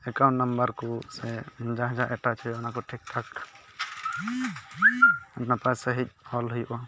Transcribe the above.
account number ᱠᱚ ᱥᱮ ᱡᱟᱦᱟᱸ ᱡᱟᱦᱟᱸ ᱮᱴᱟᱪ ᱦᱩᱭᱩᱜᱼᱟ ᱚᱱᱟ ᱠᱚ ᱴᱷᱤᱠ ᱴᱷᱟᱠ ᱱᱟᱯᱟᱭ ᱥᱟ ᱦᱤᱡ ᱚᱞ ᱦᱩᱭᱩᱜᱼᱟ